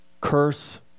curse